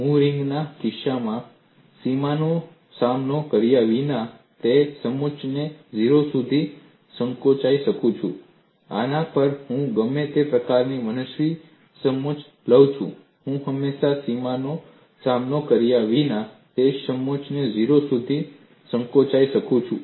હું રિંગના કિસ્સામાં સીમાનો સામનો કર્યા વિના તે સમોચ્ચને 0 સુધી સંકોચાઈ શકું છું આના પર હું ગમે તે પ્રકારનો મનસ્વી સમોચ્ચ લઉં હું હંમેશા સીમાનો સામનો કર્યા વિના તે સમોચ્ચને 0 સુધી સંકોચાઈ શકું છું